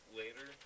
later